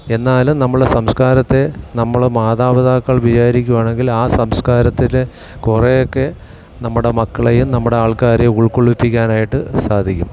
എന്നാലും നമ്മൾ സംസ്കാരത്തെ നമ്മൾ മാതാപിതാക്കൾ വിചാരിക്കുവാണെങ്കിൽ ആ സംസ്കാരത്തിന് കുറേയൊക്കെ നമ്മുടെ മക്കളെയും നമ്മുടെ ആൾക്കാരെയും ഉൾക്കൊള്ളിപ്പിക്കാനായിട്ട് സാധിക്കും